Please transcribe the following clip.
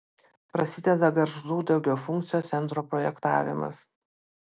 prasideda gargždų daugiafunkcio centro projektavimas